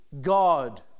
God